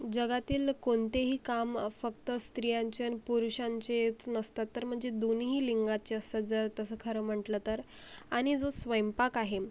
जगातील कोणतेही काम फक्त स्त्रियांचे आणि पुरूषांचेच नसतात तर म्हणजे दोन्हीही लिंगाचे असतात जर तसं खरं म्हटलं तर आणि जो स्वयंपाक आहे